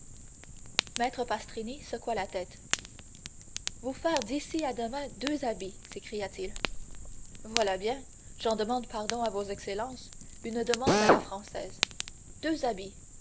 maître pastrini secoua la tête vous faire d'ici à demain deux habits s'écria-t-il voilà bien j'en demande pardon à vos excellences une demande à la française deux habits